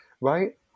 right